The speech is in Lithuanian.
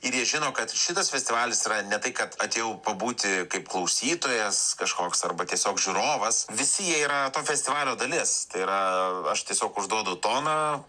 ir jie žino kad šitas festivalis yra ne tai kad atėjau pabūti kaip klausytojas kažkoks arba tiesiog žiūrovas visi jie yra to festivalio dalis tai yra aš tiesiog užduodu toną